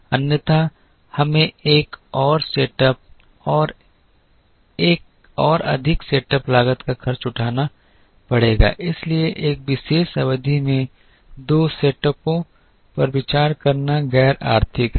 अन्यथा हमें एक और सेटअप और एक और अधिक सेटअप लागत का खर्च उठाना पड़ेगा इसलिए एक विशेष अवधि में दो सेटअपों पर विचार करना गैर आर्थिक है